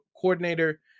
coordinator